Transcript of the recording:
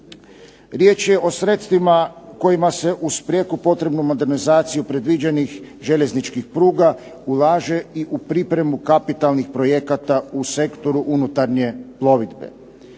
Riječ je o sredstvima kojima se uz prijeko potrebnu modernizaciju predviđenih željezničkih pruga ulaže i u pripremu kapitalnih projekata u sektoru unutarnje plovidbe.